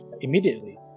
immediately